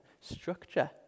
structure